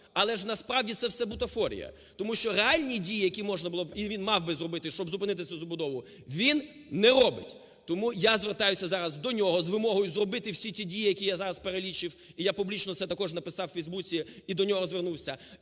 Але ж, насправді це ж все бутафорія. Тому що реальні дії, які можна було б і він мав би зробити, щоб зупинити цю забудову, він не робить. Тому я звертаюсь зараз до нього з вимогою зробити всі ті дії, які я зараз перелічив, і я публічно це також написав в "Фейсбуці", і до нього звернувся.